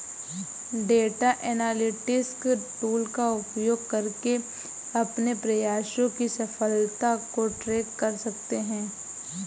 data analytics tool का उपयोग करके अपने प्रयासों की सफलता को ट्रैक कर सकते है